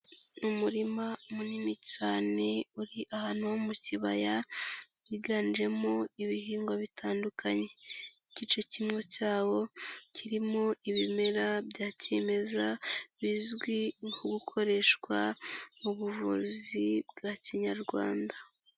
Ni umurima munini cyane uri ahantu ho mu kibaya higanjemo ibihingwa bitandukanye, igice kimwe cyawo kirimo ibimera bya kimeza bizwi nko gukoreshwa mu buvuzi bwa kinyarwanda.